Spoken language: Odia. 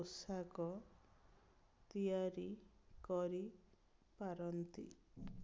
ପୋଷାକ ତିଆରି କରିପାରନ୍ତି